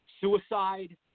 suicide